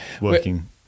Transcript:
working